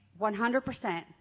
100%